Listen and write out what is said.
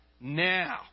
Now